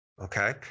okay